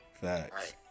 Facts